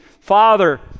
Father